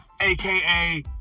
aka